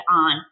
on